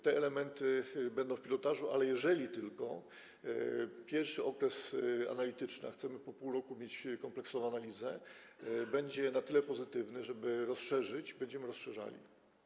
Te elementy będą uwzględnione w pilotażu, a jeżeli tylko pierwszy okres analityczny, a chcemy po pół roku mieć kompleksową analizę, będzie na tyle pozytywny, żeby to rozszerzyć, będziemy to rozszerzali.